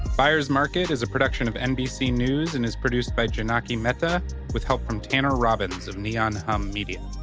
byers market is a production of nbc news and is produced by janocki meta with help from tanner robbins of neon hum media.